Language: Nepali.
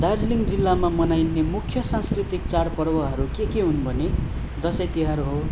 दार्जिलिङ जिल्लामा मनाइने मुख्य सांस्कृतिक चाडपर्वहरू के के हुन् भने दसैँ तिहार हो